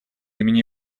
имени